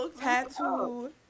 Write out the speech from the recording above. tattoo